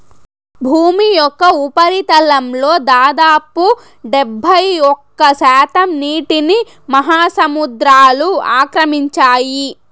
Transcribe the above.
భూమి యొక్క ఉపరితలంలో దాదాపు డెబ్బైఒక్క శాతం నీటిని మహాసముద్రాలు ఆక్రమించాయి